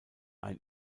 ein